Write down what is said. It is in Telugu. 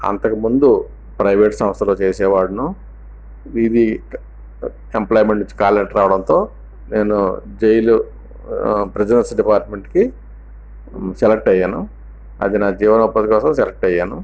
అంతకుముందు ప్రైవేట్ సంస్థలు చేసేవాడిని ఇది ఎంప్లాయిమెంట్ నుంచి కాల్ లెటర్ రావడంతో నేను జైలు ప్రసనర్స్ డిపార్ట్మెంట్కి సెలెక్ట్ అయ్యాను అది నా జీవన ఉపాధి కోసం సెలెక్ట్ అయ్యాను